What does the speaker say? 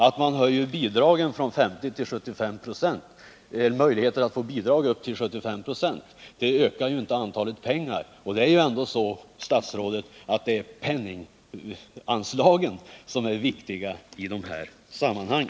Att man ökar möjligheterna att få bidrag från 50 till 75 26 ökar inte penningmängden, och det är ändå, statsrådet Friggebo, anslagens storlek som är det viktiga i detta sammanhang.